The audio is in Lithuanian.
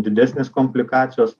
didesnės komplikacijos